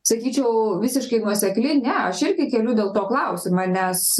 sakyčiau visiškai nuosekli ne aš irgi keliu dėl to klausimą nes